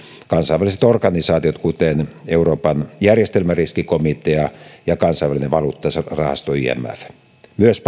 kansainväliset organisaatiot kuten euroopan järjestelmäriskikomitea ja ja kansainvälinen valuuttarahasto imf myös